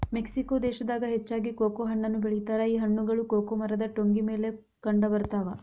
Mexico ದೇಶದಾಗ ಹೆಚ್ಚಾಗಿ cocoa ಹಣ್ಣನ್ನು ಬೆಳಿತಾರ ಈ ಹಣ್ಣುಗಳು ಕೊಕೊ ಮರದ ಟೊಂಗಿ ಮೇಲೆ ಕಂಡಬರ್ತಾವ